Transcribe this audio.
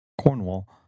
Cornwall